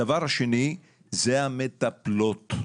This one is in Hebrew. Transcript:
הדבר השני זה המטפלות,